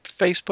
Facebook